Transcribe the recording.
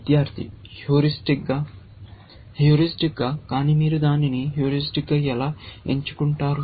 విద్యార్థి హ్యూరిస్టిక్గా హ్యూరిస్టిక్గా కానీ మీరు దానిని హ్యూరిస్టిక్గా ఎలా ఎంచుకుంటారు